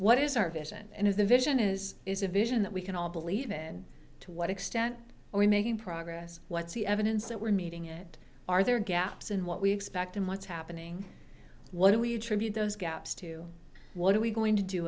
what is our vision and is the vision is is a vision that we can all believe in to what extent are we making progress what's the evidence that we're meeting it are there gaps in what we expect and what's happening what do we attribute those gaps to what are we going to do